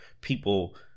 people